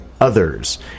others